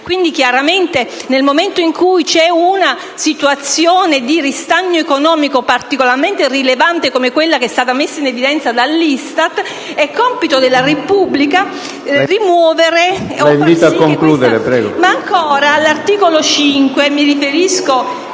Quindi, chiaramente, nel momento in cui vi è una situazione di ristagno economico particolarmente rilevante come quella che è stata messa in evidenza dall'ISTAT, è compito della Repubblica rimuovere... PRESIDENTE. La invito